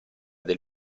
del